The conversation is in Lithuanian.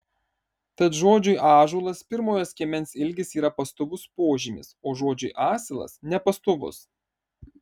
tad žodžiui ąžuolas pirmojo skiemens ilgis yra pastovus požymis o žodžiui asilas nepastovus